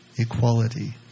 equality